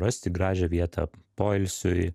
rasti gražią vietą poilsiui